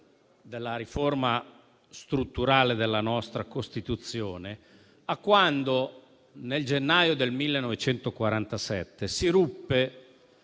della riforma strutturale della nostra Costituzione, a quando, nel gennaio del 1947, si ruppe